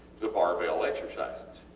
the barbell exercises